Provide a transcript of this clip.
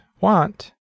want